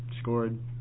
scored